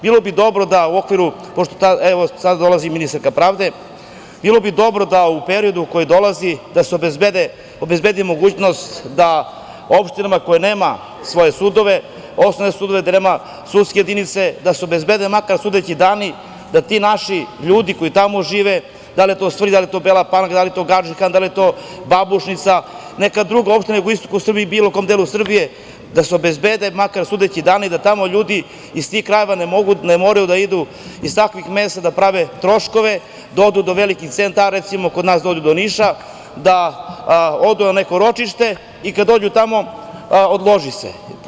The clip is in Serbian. Bilo bi dobro da u okviru, evo, sada dolazi ministarka pravde, bilo bi dobro da se u periodu koji dolazi obezbedi mogućnost opštinama koje nemaju svoje sudove, osnovne sudove, gde nema sudskih jedinica, da se obezbede makar sudeći dana, da se tim našim ljudima koji tamo žive, da li je to Svrljig, da li je to Bela Palanka, da li je to Gadžin Han, da li je to Babušnica, neka druga opština u jugoistočnoj Srbiji, bilo kom delu Srbije, obezbede makar sudeći dani, da ljudi iz tih krajeva ne moraju da idu iz takvih mesta, da prave troškove, da odu do velikih centara, recimo do Niša, da odu na neko ročište i kad odu tamo, odloži se.